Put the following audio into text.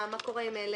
מה עם אלה?